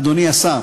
אדוני השר,